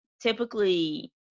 typically